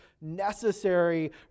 necessary